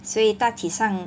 所以大体上